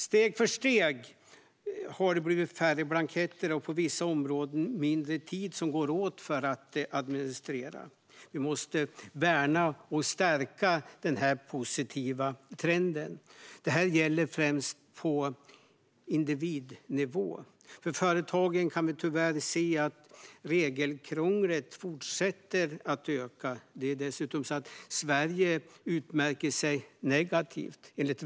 Steg för steg har det blivit färre blanketter och på vissa områden mindre tid som går åt till att administrera. Vi måste värna och stärka denna positiva trend. Det gäller främst på individnivå. För företagen kan vi tyvärr se att regelkrånglet fortsätter att öka. Det är dessutom så att Sverige utmärker sig negativt.